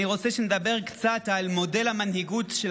אני רוצה שנדבר קצת על מודל המנהיגות של